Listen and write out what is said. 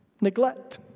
neglect